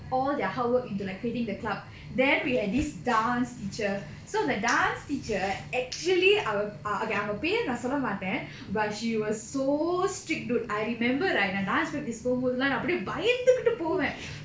all their hard work into like creating the club then we had this dance teacher so the dance teacher actually err okay அவுங்க பேரு நா சொல்ல மாட்டேன்:avunga peru naa solla matten but she was so strict dude I remember right the dance practice போகும்போதெல்லாம் நா அப்டியே பயந்துகிட்டு போவேன்:pogumbodhellam naa apdiye bayandhukittu poven